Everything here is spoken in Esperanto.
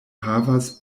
havas